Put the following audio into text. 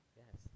yes